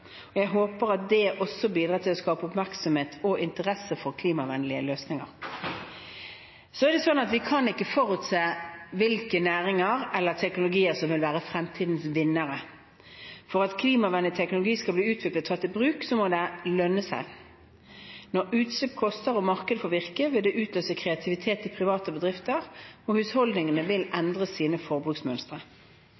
og jeg håper at det også bidrar til å skape oppmerksomhet og interesse for klimavennlige løsninger. Vi kan ikke forutse hvilke næringer eller teknologier som vil være fremtidens vinnere. For at klimavennlig teknologi skal bli utviklet og tatt i bruk, må det lønne seg. Når utslipp koster og markedet får virke, vil det utløse kreativitet i private bedrifter, og husholdningene vil endre